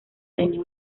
tenía